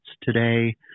today